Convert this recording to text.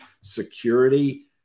security